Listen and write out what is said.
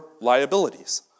liabilities